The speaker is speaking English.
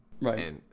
Right